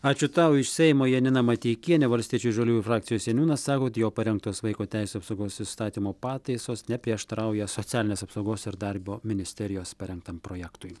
ačiū tau iš seimo janina mateikienė valstiečių ir žaliųjų frakcijos seniūnas sako kad jo parengtos vaiko teisių apsaugos įstatymo pataisos neprieštarauja socialinės apsaugos ir darbo ministerijos parengtam projektui